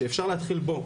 שאפשר להתחיל בו.